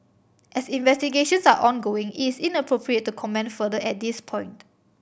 as investigations are ongoing it is inappropriate to comment further at this point